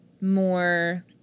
more